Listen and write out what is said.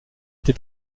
été